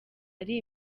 ari